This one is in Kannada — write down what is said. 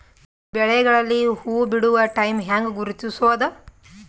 ಬೆಳೆಗಳಲ್ಲಿ ಹೂಬಿಡುವ ಟೈಮ್ ಹೆಂಗ ಗುರುತಿಸೋದ?